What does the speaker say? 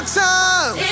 time